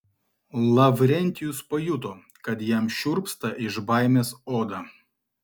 lavrentijus pajuto kad jam šiurpsta iš baimės oda